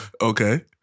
Okay